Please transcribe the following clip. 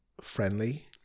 friendly